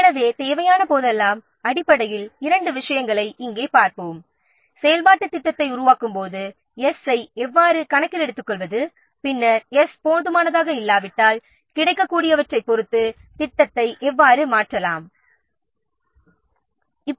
எனவே தேவையான போதெல்லாம் இரண்டு விஷயங்களை அடிப்படையாக பார்ப்போம் ஒன்று செயல்பாட்டுத் திட்டத்தை உருவாக்கும் போது 's' ஐ எவ்வாறு கணக்கில் எடுத்துக்கொள்வது பின்னர் 's' போதுமானதாக இல்லாவிட்டால் கிடைக்கக்கூடியவற்றைப் பொறுத்து திட்டத்தை எவ்வாறு மாற்றுவது என்பதாகும்